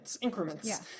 increments